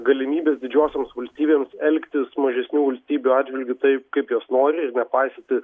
galimybes didžiosioms valstybėms elgtis mažesnių valstybių atžvilgiu taip kaip jos nori nepaisyti